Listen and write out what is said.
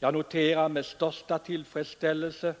Jag noterar därför med största tillfredsställelse